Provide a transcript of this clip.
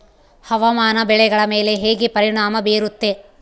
ಹವಾಮಾನ ಬೆಳೆಗಳ ಮೇಲೆ ಹೇಗೆ ಪರಿಣಾಮ ಬೇರುತ್ತೆ?